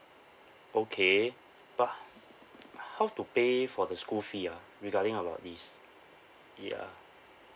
okay but how to pay for the school fee ah regarding about this ya